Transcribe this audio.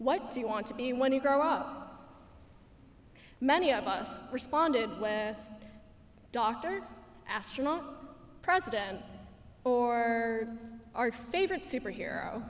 what do you want to be when you grow up many of us responded when dr astronaut president or our favorite superhero